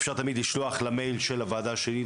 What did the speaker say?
אפשר תמיד לשלוח למייל של הוועדה השלי,